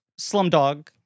Slumdog